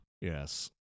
Yes